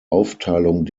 aufteilung